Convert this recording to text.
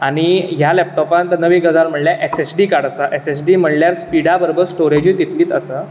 आनी ह्या लेपटोपान नवी गजाल म्हणल्यार एस एस डी कार्ड आसा एस एस डी म्हणल्यार स्पिडा बरोबर स्टोरेजय तितलिच आसा